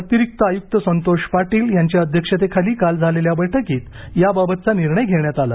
अतिरिक्त आयुक्त संतोष पाटील यांच्या अध्यक्षतेखाली काल झालेल्या बैठकीत याबाबतचा निर्णय घेण्यात आला